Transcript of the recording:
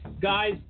Guys